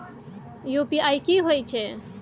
UPI की होय छै?